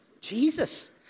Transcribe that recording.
Jesus